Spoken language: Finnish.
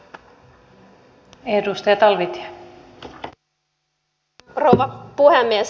arvoisa rouva puhemies